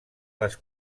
les